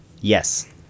yes